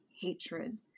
hatred